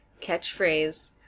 catchphrase